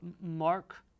Mark